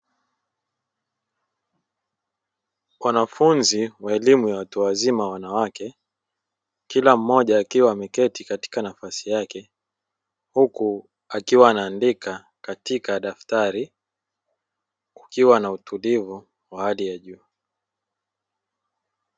Wanafunzi wa elimu ya watu wazima wanawake, kila mmoja akiwa ameketi katika nafasi yake huku akiwa anaandika katika daftari kukiwa na utulivu wa hali ya juu.